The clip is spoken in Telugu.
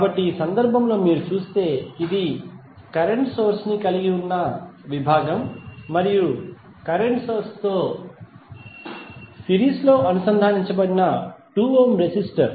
కాబట్టి ఈ సందర్భంలో మీరు చూస్తే ఇది కరెంట్ సోర్స్ ని కలిగి ఉన్న విభాగం మరియు కరెంట్ సోర్స్ తో సిరీస్ లో అనుసంధానించబడిన 2 ఓం రెసిస్టర్